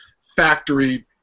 factory